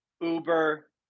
Uber